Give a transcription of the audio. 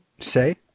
Say